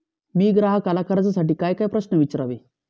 मी ग्राहकाला कर्जासाठी कायकाय प्रश्न विचारावे?